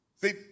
See